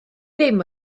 ddim